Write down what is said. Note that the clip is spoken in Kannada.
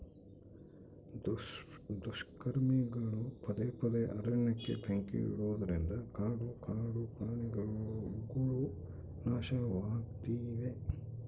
ದುಷ್ಕರ್ಮಿಗಳು ಪದೇ ಪದೇ ಅರಣ್ಯಕ್ಕೆ ಬೆಂಕಿ ಇಡುವುದರಿಂದ ಕಾಡು ಕಾಡುಪ್ರಾಣಿಗುಳು ನಾಶವಾಗ್ತಿವೆ